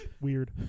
Weird